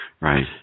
right